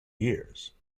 years